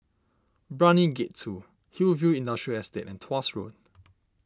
Brani Gate two Hillview Industrial Estate and Tuas Road